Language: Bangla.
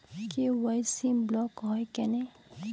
কে.ওয়াই.সি ব্লক হয় কেনে?